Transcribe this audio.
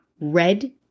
red